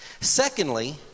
Secondly